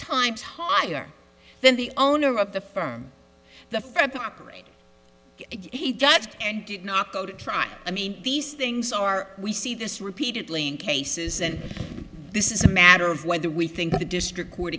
times higher than the owner of the firm the for the operation he dodged and did not go to trial i mean these things are we see this repeatedly in cases and this is a matter of whether we think the district court